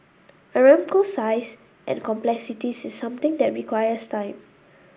Aramco's size and complexities is something that requires time